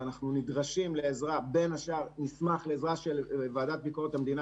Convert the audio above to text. ואנחנו נשמח לעזרה של ועדת ביקורת המדינה